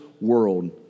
world